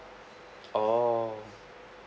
oh